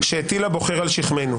שהטיל הבוחר על שכמנו,